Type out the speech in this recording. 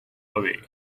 away